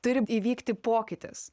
turi įvykti pokytis